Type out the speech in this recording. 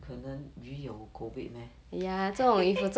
可能鱼有 COVID meh